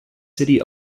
city